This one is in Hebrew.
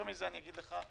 יותר מזה, אני אגיד לך: